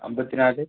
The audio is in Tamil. ஐம்பத்தி நாலு